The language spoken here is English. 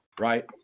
right